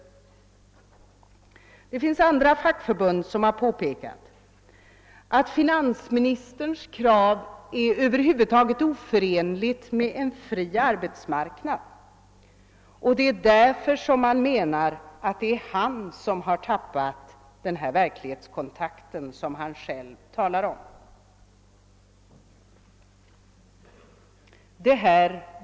Även andra fackliga förbund har påpekat att finansministerns krav Över huvud taget är oförenliga med en fri arbetsmarknad. Det är därför som man menar att det är han själv som har tappat den verklighetskontakt som han talar om.